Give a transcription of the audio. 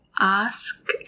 ask